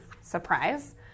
surprise